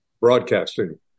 broadcasting